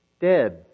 dead